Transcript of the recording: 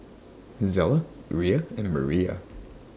Zella Uriah and Maria